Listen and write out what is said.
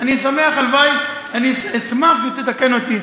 אני שמח, הלוואי, אני אשמח שתתקן אותי.